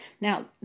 Now